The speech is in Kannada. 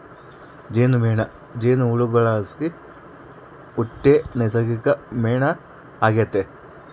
ಜೇನುಮೇಣ ಜೇನುಹುಳುಗುಳ್ಲಾಸಿ ಹುಟ್ಟೋ ನೈಸರ್ಗಿಕ ಮೇಣ ಆಗೆತೆ